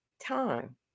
time